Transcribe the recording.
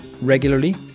regularly